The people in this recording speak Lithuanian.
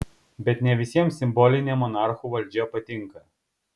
bet ne visiems simbolinė monarchų valdžia patinka